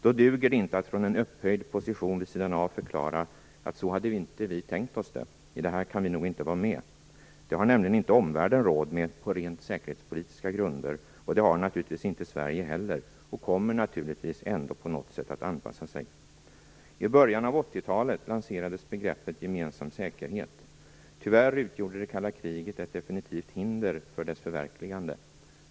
Då duger det inte att från en upphöjd position vid sidan av förklara att så hade inte vi tänkt oss det, och vi kan nog inte vara med i detta. Det har nämligen inte omvärlden råd med på rent säkerhetspolitiska grunder, och det har naturligtvis inte Sverige heller. Vi kommer naturligtvis ändå att anpassa oss på något sätt. I början av 80-talet lanserades begreppet gemensam säkerhet. Tyvärr utgjorde det kalla kriget ett definitivt hinder för dess förverkligande.